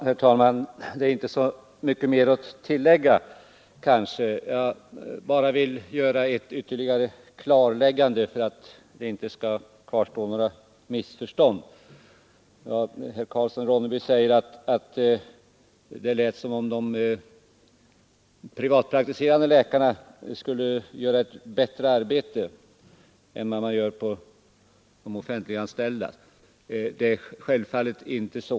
Herr talman! Det är kanske inte så mycket mer att tillägga. Jag vill bara göra ett ytterligare klarläggande för att det inte skall kvarstå några missförstånd. Herr Karlsson i Ronneby säger att det lät som om vi menade att de privatpraktiserande läkarna skulle göra ett bättre arbete än de offentliganställda. Det är självfallet inte så.